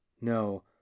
No